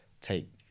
take